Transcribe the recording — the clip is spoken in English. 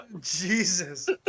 Jesus